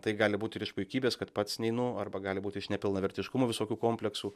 tai gali būt ir iš puikybės kad pats neinu arba gali būt iš nepilnavertiškumo visokių kompleksų